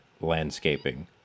landscaping